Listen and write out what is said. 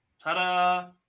Ta-da